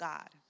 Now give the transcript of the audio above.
God